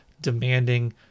demanding